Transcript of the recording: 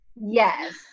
Yes